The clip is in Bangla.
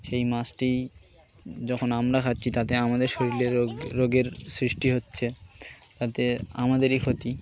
সেই মাছটি যখন আমরা খাচ্ছি তাতে আমাদের শরীরে রোগ রোগের সৃষ্টি হচ্ছে তাতে আমাদেরই ক্ষতি